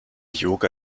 yoga